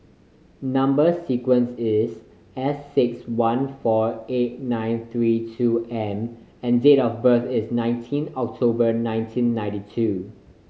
number sequence is S six one four eight nine three two M and date of birth is nineteen October nineteen ninety two